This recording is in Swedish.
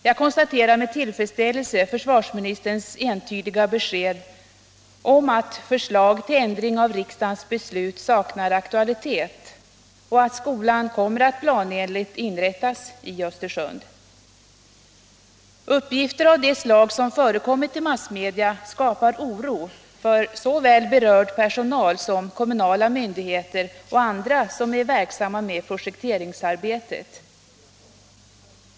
Jag konstaterar med tillfredsställelse försvarsministerns entydiga besked om att förslag till ändring av riksdagens beslut saknar aktualitet och att skolan kommer att planenligt inrättas i Östersund. Uppgifter av det slag som förekommit i massmedia skapar oro för såväl berörd personal som kommunala myndigheter och andra som är verksamma med projekteringsarbetet.